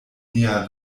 nia